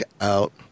out